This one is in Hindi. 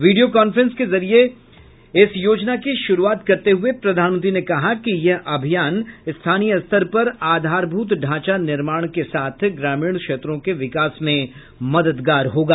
वीडियो कांफ्रेंस के माध्यम से इस योजना की शुरूआत करते हुये प्रधानमंत्री ने कहा कि यह अभियान स्थानीय स्तर पर आधारभूत ढांचा निर्माण के साथ ग्रामीण क्षेत्रों के विकास में मददगार होगा